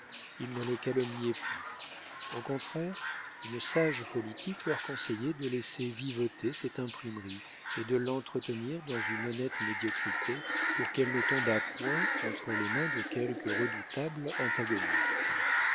ils ne le calomniaient plus au contraire une sage politique leur conseillait de laisser vivoter cette imprimerie et de l'entretenir dans une honnête médiocrité pour qu'elle ne tombât point entre les mains de quelque redoutable antagoniste